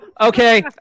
Okay